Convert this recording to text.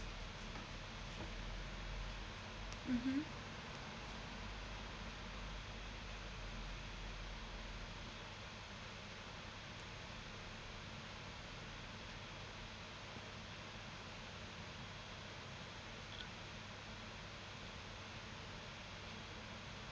mmhmm